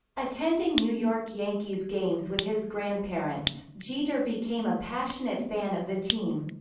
attending new york yankees games with his grandparents, jeter became a passionate fan of the team.